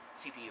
CPU